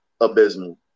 abysmal